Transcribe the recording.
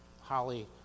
Holly